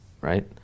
right